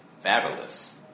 Fabulous